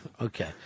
Okay